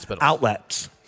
outlets